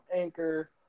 Anchor